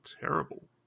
terrible